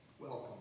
welcome